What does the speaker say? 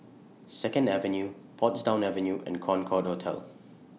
Second Avenue Portsdown Avenue and Concorde Hotel